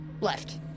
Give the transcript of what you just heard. Left